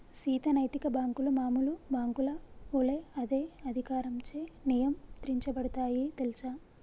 సీత నైతిక బాంకులు మామూలు బాంకుల ఒలే అదే అధికారంచే నియంత్రించబడుతాయి తెల్సా